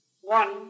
One